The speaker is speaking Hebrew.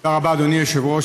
תודה רבה, אדוני היושב-ראש.